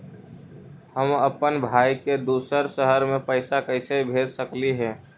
हम अप्पन भाई के दूसर शहर में पैसा कैसे भेज सकली हे?